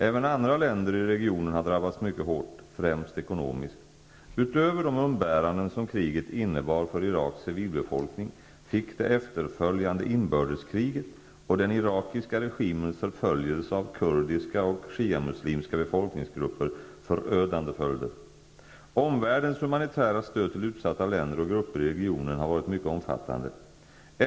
Även andra länder i regionen har drabbats mycket hårt, främst ekonomiskt. Utöver de umbäranden som kriget innebar för Iraks civilbefolkning fick det efterföljande inbördeskriget och den irakiska regimens förföljelse av kurdiska och shiamuslimska befolkningsgrupper förödande följder. Omvärldens humanitära stöd till utsatta länder och grupper i regionen har varit mycket omfattande.